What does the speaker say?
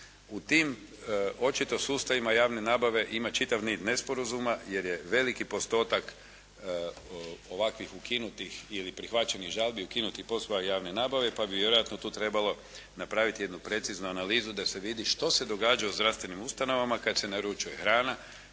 U tim očito sustavima javne nabave ima čitav niz nesporazuma jer je veliki postotak ovakvih ukinutih ili prihvaćenih žalbi, ukinutih postupaka javne nabave pa bi vjerojatno tu trebalo napraviti jednu preciznu analizu da se vidi što se događa u zdravstvenim ustanovama kad se naručuje hrana,